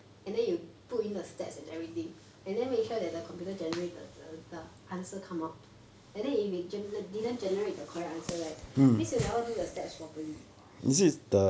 and then you put in the steps and everything and then make sure that the computer generated the the answer come out and then if it gen~ didn't generate the correct answer right means you never do your steps properly